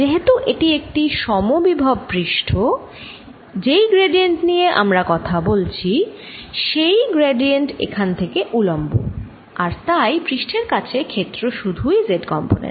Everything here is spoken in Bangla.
যেহেতু এটি একটি সমবিভব পৃষ্ঠ যেই গ্র্যা্ডিয়েন্ট নিয়ে আমরা কথা বলেছি সেই গ্র্যা্ডিয়েন্ট এখান থেকে উলম্ব আর তাই পৃষ্ঠের কাছে ক্ষেত্র শুধুই z কম্পোনেন্ট